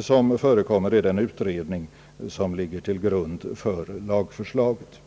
som förekom i den utredning som ligger till grund för lagförslaget.